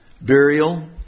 burial